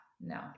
no